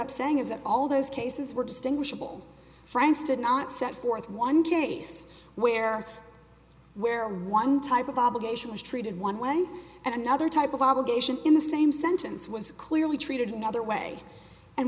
up saying is that all those cases were distinguishable franks did not set forth one case where where one type of obligation was treated one way and another type of obligation in the same sentence was clearly treated another way and